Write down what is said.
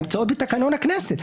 נמצאות בתקנון הכנסת,